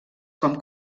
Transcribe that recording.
com